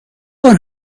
بار